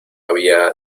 había